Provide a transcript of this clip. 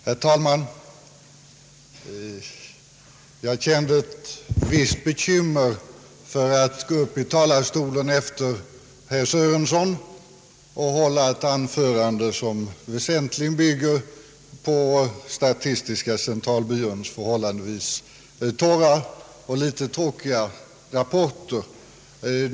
Herr talman! Jag kände ett visst bekymmer inför att gå upp i talarstolen efter herr Sörensons inlägg och hålla ett anförande, som väsentligen bygger på statistiska centralbyråns förhållandevis torra och litet tråkiga rapporter.